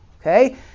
Okay